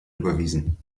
überwiesen